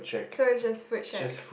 so is just food shack